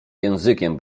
językiem